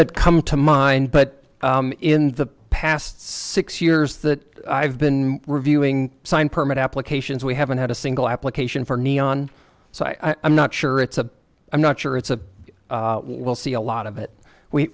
that come to mind but in the past six years that i've been reviewing signed permit applications we haven't had a single application for neon so i am not sure it's a i'm not sure it's a we'll see a lot of it